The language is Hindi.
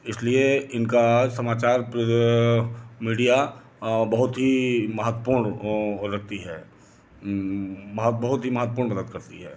इसलिए इनका समाचार मीडिया और बहुत ही महत्वपूर्ण हो सकती है बहुत ही महत्वपूर्ण मदद करती है